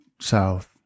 south